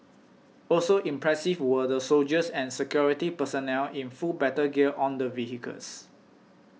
also impressive were the soldiers and security personnel in full battle gear on the vehicles